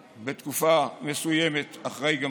בתקופה מסוימת גנץ היה גם אחראי,